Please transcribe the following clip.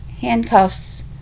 handcuffs